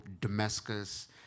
Damascus